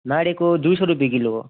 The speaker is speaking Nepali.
मारेको दुई सय रुपियाँ किलो हो